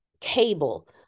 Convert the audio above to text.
cable